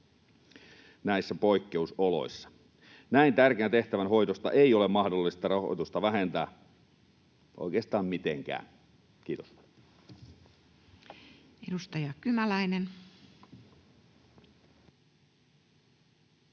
näissä poikkeusoloissa. Näin tärkeän tehtävän hoidosta ei ole mahdollista rahoitusta vähentää oikeastaan mitenkään. — Kiitos. Edustaja Kymäläinen. Arvoisa